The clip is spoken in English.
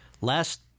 Last